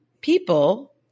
people